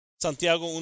Santiago